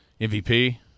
MVP